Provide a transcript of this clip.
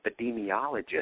epidemiologist